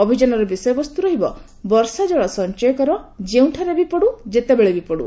ଅଭିଯାନର ବିଷୟବସ୍ତ ରହିବ ବର୍ଷାଜଳ ସଞ୍ଚୟ କର ଯେଉଁଠାରେ ବି ପଡୁ ଯେତେବେଳେ ବି ପଡ଼ୁ